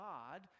God